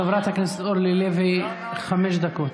חברת הכנסת אורלי לוי, חמש דקות.